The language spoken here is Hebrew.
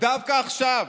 דווקא עכשיו,